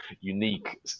unique